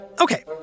Okay